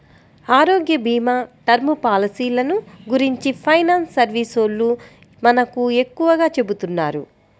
ఆరోగ్యభీమా, టర్మ్ పాలసీలను గురించి ఫైనాన్స్ సర్వీసోల్లు మనకు ఎక్కువగా చెబుతున్నారు